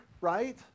right